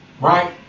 right